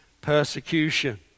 persecution